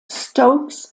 stokes